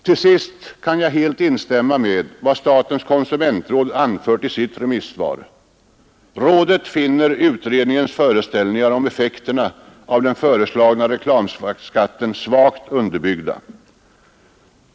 Till sist kan jag helt instämma i vad statens konsumentråd anfört i sitt temissvar: ”Rådet finner utredningens föreställningar om effekterna av den föreslagna reklamskatten svagt underbyggda.